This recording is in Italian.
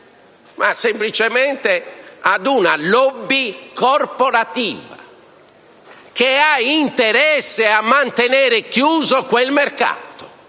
di piacere ad una *lobby* corporativa che ha interesse a mantenere chiuso quel mercato.